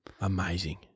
Amazing